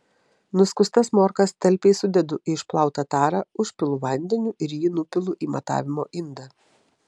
nuskustas morkas talpiai sudedu į išplautą tarą užpilu vandeniu ir jį nupilu į matavimo indą